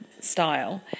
style